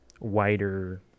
wider